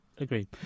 Agreed